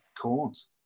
Corns